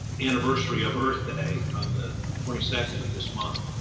anniversary of earth day on the twenty second of this month.